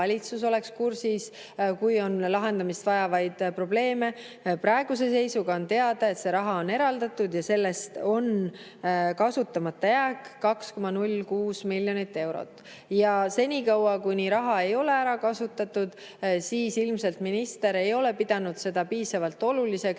kui on lahendamist vajavaid probleeme. Praeguse seisuga on teada, et see raha on eraldatud ja sellest on kasutamata jääk 2,06 miljonit eurot. Ja senikaua, kuni raha ei ole ära kasutatud, ilmselt minister ei ole pidanud seda piisavalt oluliseks,